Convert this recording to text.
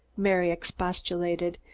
mary expostulated.